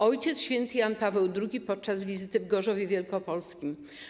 Ojciec Święty Jan Paweł II podczas wizyty w Gorzowie Wielkopolskim.